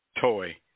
toy